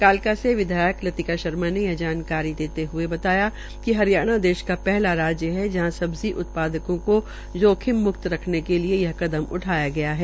कालका की विधायक लतिका शर्मा ने यह जानकारी देते हुए बताया कि हरियाणा देश का पहला राज्य है जहां सब्जी उत्पदकों को जोखिम मुक्त करने के लिए यह कदम उठाया है